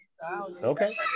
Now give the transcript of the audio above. Okay